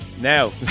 Now